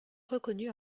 reconnue